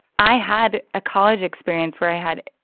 i had a college experience where i had,